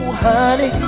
honey